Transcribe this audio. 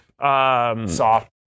soft